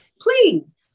Please